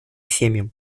семьям